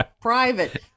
private